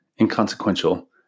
Inconsequential